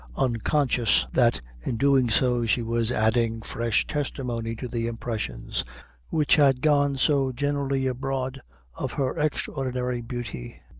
unconscious that, in doing so, she was adding fresh testimony to the impressions which had gone so generally abroad of her extraordinary beauty,